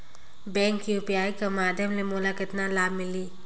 Bank UPI कर माध्यम ले मोला कतना लाभ मिली?